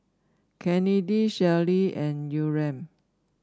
Kennedy Shelli and Yurem